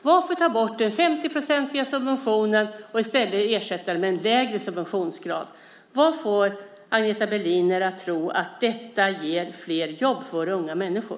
Varför ta bort den 50-procentiga subventionen och ersätta den med en lägre subventionsgrad? Vad får Agneta Berliner att tro att detta ger flera jobb för unga människor?